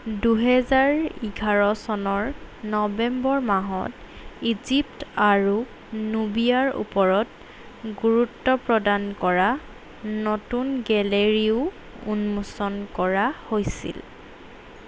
দুহেজাৰ এঘাৰ চনৰ নৱেম্বৰ মাহত ইজিপ্ত আৰু নুবিয়াৰ ওপৰত গুৰুত্ব প্ৰদান কৰা নতুন গেলেৰীও উন্মোচন কৰা হৈছিল